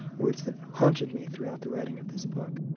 words that haunted me throughout the writing of this book.